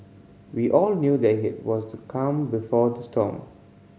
we all knew that it was to calm before to storm